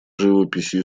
живописью